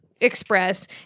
express